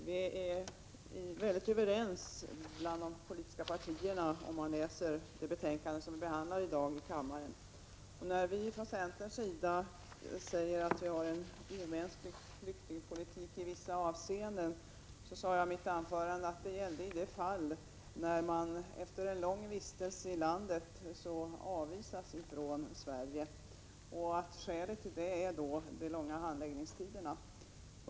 Fru talman! Om man läser det betänkande som vi i dag behandlar i kammaren, finner man att de politiska partierna är mycket överens. När vi från centerns sida säger att vi i vissa avseenden har en omänsklig flyktingpolitik avser vi — det sade jag i mitt anförande — de fall då flyktingar efter en lång vistelse i landet avvisas från Sverige. Skälet till det är då de långa handläggningstiderna.